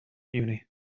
uni